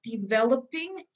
developing